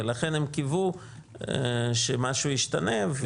ולכן הם קיוו שמשהו ישתנה.